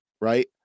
right